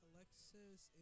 Alexis